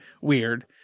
weird